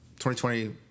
2020